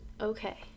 okay